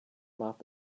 mop